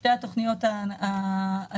שתי התוכניות הנוספות,